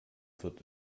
wird